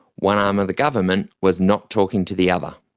one arm of the government was not talking to the other.